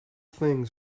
things